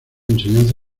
enseñanza